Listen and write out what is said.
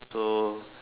so